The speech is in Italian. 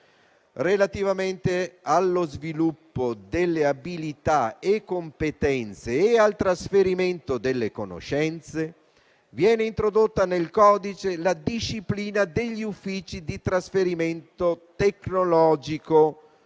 Relativamente allo sviluppo delle abilità e competenze e al trasferimento delle conoscenze, viene introdotta nel codice la disciplina degli uffici di trasferimento tecnologico